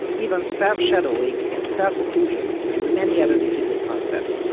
even self-shadowing and self-occlusion, and many other difficult concepts.